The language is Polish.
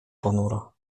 ponuro